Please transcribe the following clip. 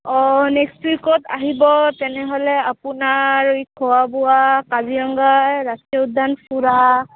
অঁ নেক্সট উইকত আহিব তেনেহ'লে আপোনাৰ খোৱা বোৱা কাজিৰঙা ৰাষ্ট্ৰীয় উদ্যান ফুৰা